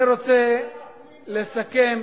אני אסכם,